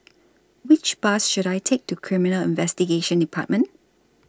Which Bus should I Take to Criminal Investigation department